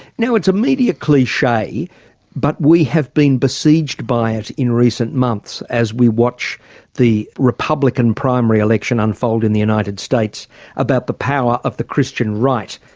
now it's a media cliche but we have been besieged by it in recent months as we watch the republican primary election unfold in the united states about the power of the christian right.